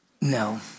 No